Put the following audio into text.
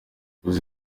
bivuze